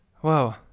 Whoa